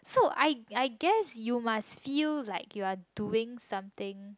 so I I guess you must feel like you are doing something